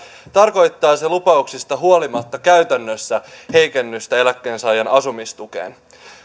tarkoittaisi lupauksista huolimatta käytännössä heikennystä eläkkeensaajan asumistukeen